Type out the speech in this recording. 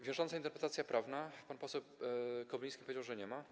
Wiążąca interpretacja prawna - pan poseł Kobyliński powiedział, że nie ma.